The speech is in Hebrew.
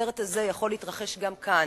הסרט הזה יכול להתרחש גם כאן.